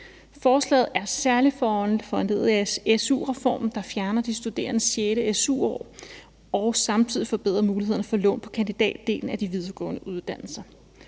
Forslaget er særlig foranlediget af su-reformen, der fjerner de studerendes sjette su-år og samtidig forbedrer mulighederne for lån på kandidatdelen af de videregående uddannelser.